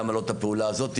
למה לא את הפעולה הזאת?